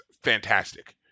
fantastic